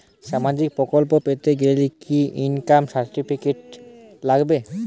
সামাজীক প্রকল্প পেতে গেলে কি ইনকাম সার্টিফিকেট লাগবে?